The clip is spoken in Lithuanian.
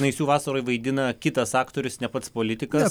naisių vasaroj vaidina kitas aktorius ne pats politikas